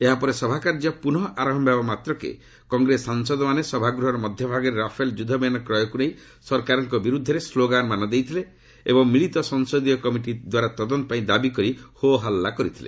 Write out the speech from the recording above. ଏହା ପରେ ସଭାକାର୍ଯ୍ୟ ପୁନଃ ଆରମ୍ଭ ହେବା ମାତ୍ରକେ କଂଗ୍ରେସ ସାଂସଦମାନେ ସଭାଗୃହର ମଧ୍ୟଭାଗରେ ରାଫେଲ ଯୁଦ୍ଧବିମାନ କ୍ରୟକୁ ନେଇ ସରକାରଙ୍କ ବିରୁଦ୍ଧରେ ସ୍ଲୋଗାନମାନ ଦେଇଥିଲେ ଏବଂ ମିଳିତ ସଂସଦୀୟ କମିଟି ଦ୍ୱାରା ତଦନ୍ତ ପାଇଁ ଦାବିକରି ହୋ ହଲ୍ଲା କରିଥିଲେ